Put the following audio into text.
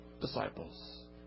disciples